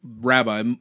rabbi